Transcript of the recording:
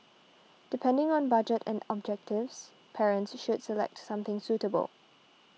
depending on budget and objectives parents should select something suitable